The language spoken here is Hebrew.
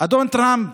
אדון טראמפ,